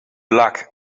luck